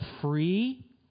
free